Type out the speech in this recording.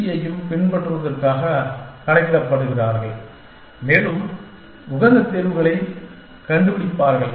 B யையும் பின்பற்றுவதை கணக்கிடுகிறார்கள் மேலும் உகந்த தீர்வுகளைக் கண்டுபிடிப்பார்கள்